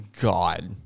God